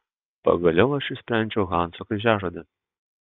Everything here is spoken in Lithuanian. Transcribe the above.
pagaliau aš išsprendžiau hanso kryžiažodį